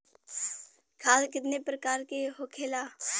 खाद कितने प्रकार के होखेला?